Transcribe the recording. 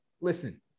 Listen